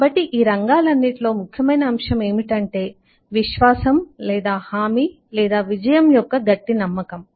కాబట్టి ఈ రంగాలన్నింటిలో ముఖ్యమైన అంశం ఏమిటంటే విశ్వాసం లేదా హామీ లేదా విజయం యొక్క గట్టి నమ్మకం